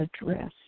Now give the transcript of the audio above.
address